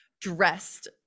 dressed